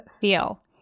feel